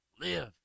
live